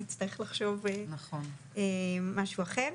נצטרך לחשוב על משהו אחר.